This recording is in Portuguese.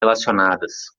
relacionadas